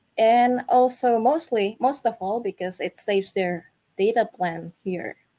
and also mostly, most of all because it saves their data plan here.